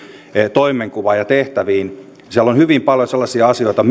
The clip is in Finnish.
toimenkuvaan ja tehtäviin että siellä on minun mielestäni hyvin paljon sellaisia asioita